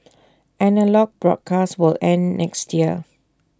analogue broadcasts will end next year